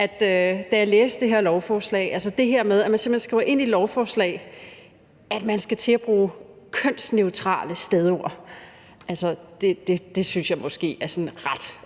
er simpelt hen bare nødt til at påpege det her med, at man simpelt hen skriver ind i et lovforslag, at man skal til at bruge kønsneutrale stedord. Det synes jeg måske er sådan ret